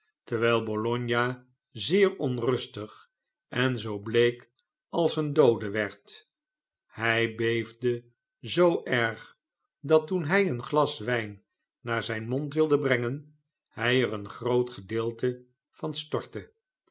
terwijl bologna zeer onrustig en zoo bleek als een doode werd hij beefde zoo erg dat toen hij een glas wijn naar zijn mond wilde brengen hij er een groot gedeelte van s'tortte